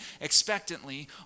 expectantly